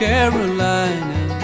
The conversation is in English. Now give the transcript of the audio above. Carolina